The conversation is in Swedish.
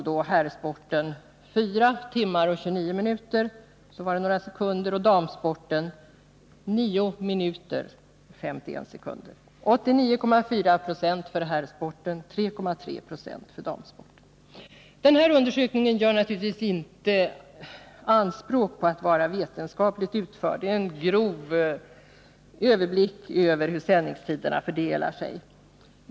Låt mig redovisa några siffror: Undersökningen gör naturligtvis inte anspråk på att vara vetenskapligt utförd. Den är en grov överblick över hur sändningstiderna fördelar sig.